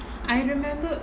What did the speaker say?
I remember